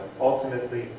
ultimately